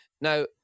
Now